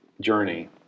journey